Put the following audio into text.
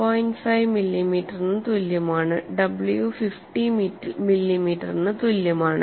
5 മില്ലിമീറ്ററിന് തുല്യമാണ് w 50 മില്ലിമീറ്ററിന് തുല്യമാണ്